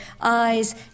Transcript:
eyes